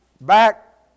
back